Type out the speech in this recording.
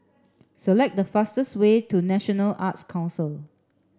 select the fastest way to National Arts Council